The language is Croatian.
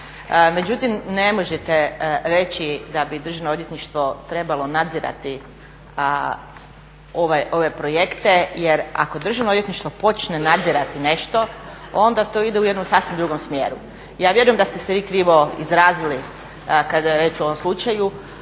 Međutim, ne možete reći da bi državno odvjetništvo trebalo nadzirati ove projekte jer ako državno odvjetništvo počne nadzirati nešto onda to ide u jednom sasvim drugom smjeru. Ja vjerujem da ste se vi krivo izrazili kad je riječ o ovom slučaju,